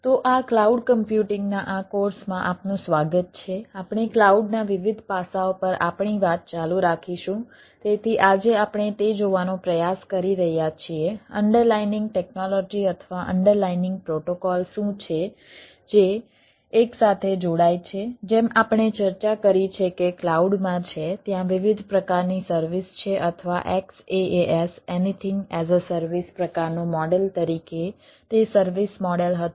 તો આ cloud computing તરીકે તે સર્વિસ મોડેલ હતું